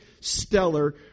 stellar